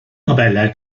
haberler